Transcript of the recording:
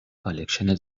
کالکشن